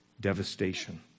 devastation